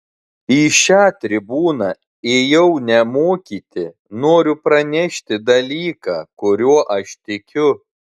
į šią tribūną ėjau ne mokyti noriu pranešti dalyką kuriuo aš tikiu